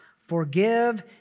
forgive